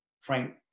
Frank